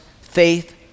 faith